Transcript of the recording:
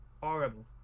horrible